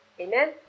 Amen